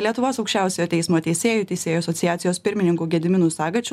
lietuvos aukščiausiojo teismo teisėjų teisėjų asociacijos pirmininku gediminu sagačiu